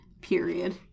Period